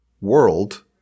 world